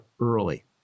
early